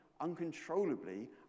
uncontrollably